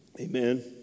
Amen